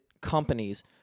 companies